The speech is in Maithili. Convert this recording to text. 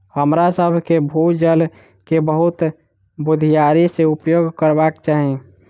हमरासभ के भू जल के बहुत बुधियारी से उपयोग करबाक चाही